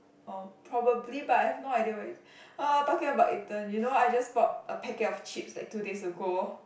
oh probably but I have no idea where is it !huh! talking about eaten you know I just bought a packet of chips like two days ago